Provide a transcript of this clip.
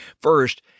First